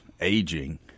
aging